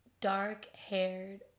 dark-haired